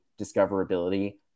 discoverability